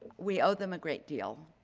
we owe them a great deal.